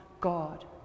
God